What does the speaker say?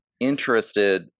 interested